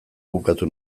bukatu